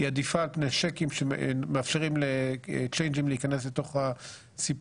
היא עדיפה על פני צ'קים שמאפשרים לצ'יינג'ים להיכנס לתוך הסיפור.